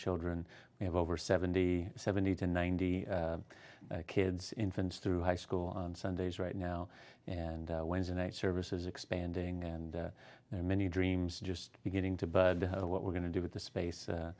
children we have over seventy seventy to ninety kids infants through high school on sundays right now and wednesday night service is expanding and there are many dreams just beginning to but what we're going to do with the space